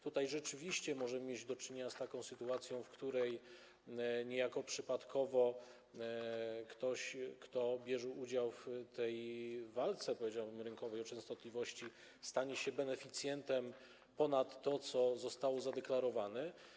Tutaj rzeczywiście możemy mieć do czynienia z sytuacją, w której niejako przypadkowo ktoś, kto bierze udział w tej, powiedziałbym, walce rynkowej o częstotliwości, stanie się beneficjentem ponad to, co zostało zadeklarowane.